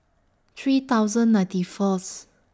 three thousand ninety Fourth